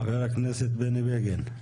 חבר הכנסת בני בגין,